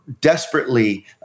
desperately